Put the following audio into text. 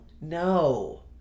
No